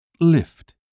Lift